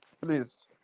Please